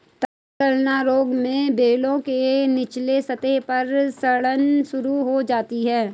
तनगलन रोग में बेलों के निचले सतह पर सड़न शुरू हो जाती है